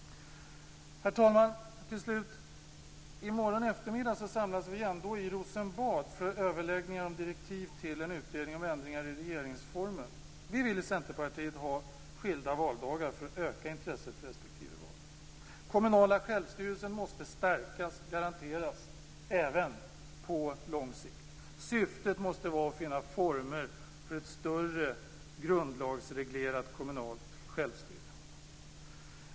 Herr talman! Till sist: I morgon eftermiddag samlas vi i Rosenbad för överläggningar om direktiv till en utredning om ändringar i regeringsformen. Vi i Centerpartiet vill ha skilda valdagar för att öka intresset för respektive val. Den kommunala självstyrelsen måste stärkas och garanteras även på lång sikt. Syftet måste vara att finna former för ett större grundlagsreglerat kommunalt självstyre. Herr talman!